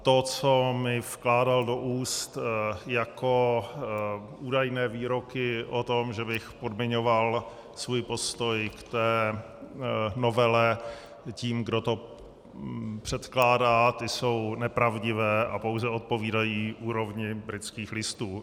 To, co mi vkládal do úst jako údajné výroky o tom, že bych podmiňoval svůj postoj k té novele tím, kdo to předkládá, je nepravdivé a pouze odpovídá úrovni Britských listů.